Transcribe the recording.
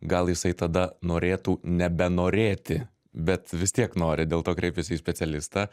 gal jisai tada norėtų nebenorėti bet vis tiek nori dėl to kreiptis į specialistą